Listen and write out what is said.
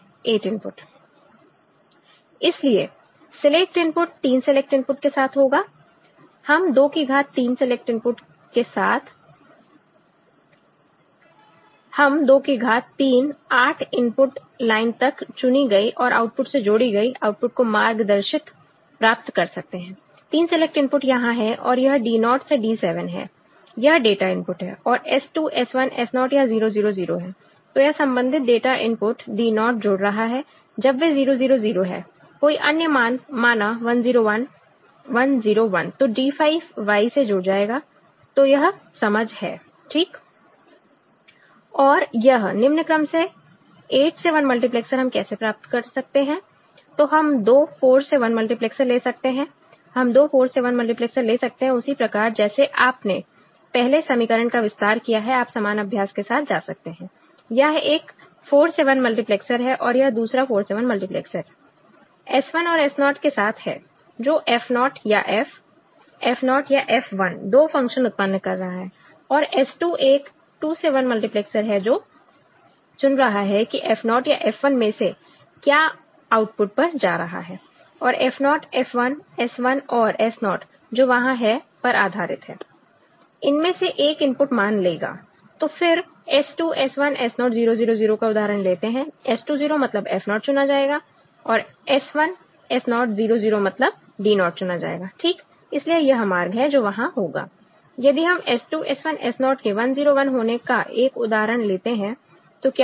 8 input इसलिए select input 3 select input के साथ होगा हम 2 की घात 3 सिलेक्टइनपुट के साथ हम 2 की घात 3 8 इनपुट लाइन तक चुनी गई और आउटपुट से जोड़ी गई आउटपुट को मार्गदर्शित प्राप्त कर सकते हैं 3 सिलेक्टइनपुट यहां है और यह Do से D7 है यह डाटा इनपुट है और S 2 S1So यह 0 0 0 है तो यह संबंधित डाटा इनपुट D naught जुड़ रहा है जब वे 0 0 0 है कोई अन्य मान माना 1 0 1 1 0 1 तो D5 Y से जुड़ जाएगा तो यह समझ है ठीक और यह निम्न क्रम से 8 से 1 मल्टीप्लेक्सर हम कैसे प्राप्त कर सकते हैं तो हम दो 4 से 1 मल्टीप्लेक्सर ले सकते हैं हम दो 4 से 1 मल्टीप्लेक्सर ले सकते हैं उसी प्रकार जैसे आपने पहले समीकरण का विस्तार किया है आप समान अभ्यास के साथ जा सकते हैं यह एक 4 से 1 मल्टीप्लैक्सर है और यह दूसरा 4 से 1 मल्टीप्लेक्सर S 1 और S naught के साथ है जो F naught या F F naught या F 1 दो फंक्शन उत्पन्न कर रहा है और S 2 एक 2 से 1 मल्टीप्लैक्सर है जो चुन रहा है कि F naught या F 1 में से क्या आउटपुट पर जा रहा है और F naught F 1 S 1 और S naught जो वहां है पर आधारित इनमें से एक इनपुट मान लेगा तो फिर हम S 2 S 1 S naught 0 0 0 का उदाहरण लेते हैं S 2 0 मतलब F naught चुना जाएगा और S 1 S naught 0 0 मतलब D naught चुना जाएगा ठीक इसलिए यह मार्ग है जो वहां होगा यदि हम S 2 S 1 S 0 के 1 0 1 होने का एक उदाहरण लेते हैं तो क्या होगा